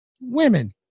women